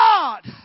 God